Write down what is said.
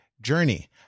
journey